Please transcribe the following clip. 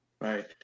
Right